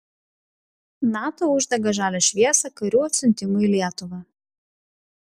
nato uždega žalią šviesą karių atsiuntimui į lietuvą